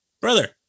brother